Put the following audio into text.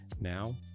Now